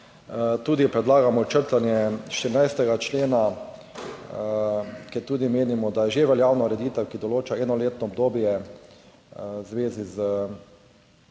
Tudi predlagamo črtanje 14. člena, ker tudi menimo, da je že veljavna ureditev, ki določa enoletno obdobje v zvezi z,